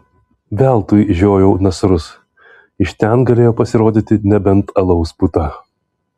veltui žiojau nasrus iš ten galėjo pasirodyti nebent alaus puta